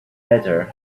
better